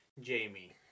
Jamie